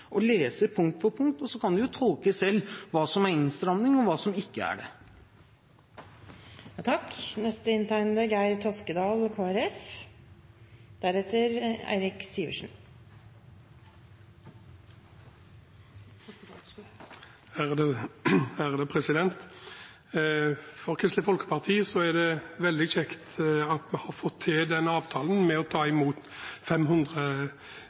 bare lese avtalen punkt for punkt, så kan de selv tolke hva som er innstramning, og hva som ikke er det. For Kristelig Folkeparti er det veldig kjekt at vi har fått til avtalen om å ta imot 500